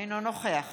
אינו נוכח